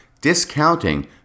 discounting